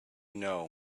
know